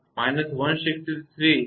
તેથી − 163